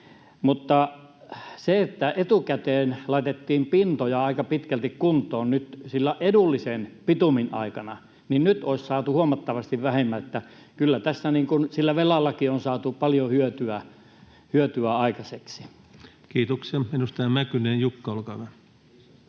siitä. Kun etukäteen laitettiin pintoja aika pitkälti kuntoon silloin edullisen bitumin aikana, niin nyt olisi saatu huomattavasti vähemmän, että kyllä tässä sillä velallakin on saatu paljon hyötyä aikaiseksi. [Speech 518] Speaker: